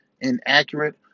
inaccurate